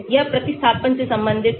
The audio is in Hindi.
यह प्रतिस्थापन से संबंधित है